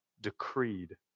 decreed